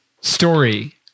story